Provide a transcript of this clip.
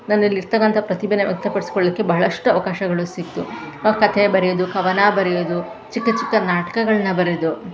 ನನ್ನಲ್ಲಿರ್ತಕ್ಕಂಥ ಪ್ರತಿಭೆ ವ್ಯಕ್ತಪಡಿಸ್ಕೊಳ್ಳಿಕ್ಕೆ ಭಾಳಷ್ಟು ಅವಕಾಶಗಳು ಸಿಕ್ತು ಕಥೆ ಬರೆಯೋದು ಕವನ ಬರೆಯೋದು ಚಿಕ್ಕ ಚಿಕ್ಕ ನಾಟ್ಕಗಳನ್ನು ಬರೆಯೋದು